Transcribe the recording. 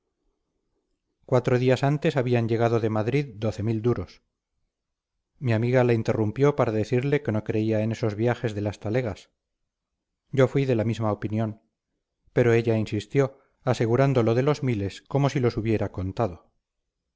cuatro días antes habían llegado de madrid doce mil duros mi amiga la interrumpió para decirle que no creía en esos viajes de las talegas yo fui de la misma opinión pero ella insistió asegurando lo de los miles como si los hubiera contado